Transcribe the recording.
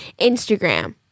Instagram